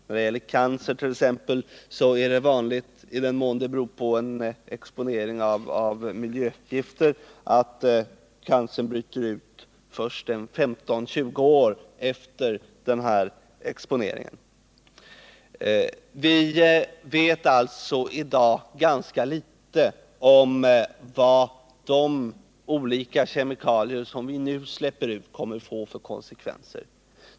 När det gäller cancer t.ex. är det vanligt — i den mån sjukdomen beror på exponering för miljögifter — att cancern bryter ut först 15 å 20 år efter exponeringen. Vi vet alltså i dag ganska litet om vad de olika kemikalier som nu släpps ut kommer att få för konsekvenser.